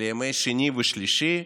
לימי שני ושלישי,